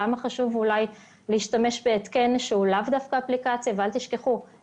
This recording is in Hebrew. למה חשוב להשתמש בהתקן שהוא לאו דווקא אפליקציה וכן הלאה.